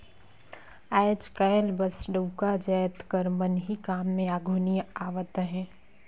आएज काएल बस डउका जाएत कर मन ही काम में आघु नी आवत अहें